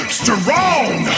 strong